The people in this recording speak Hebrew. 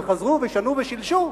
וחזרו ושנו ושילשו,